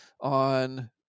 on